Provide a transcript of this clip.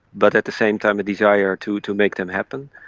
but at the same time a desire to to make them happen.